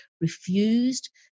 refused